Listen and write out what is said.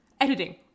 Editing